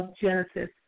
Genesis